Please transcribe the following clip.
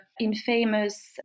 infamous